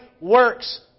works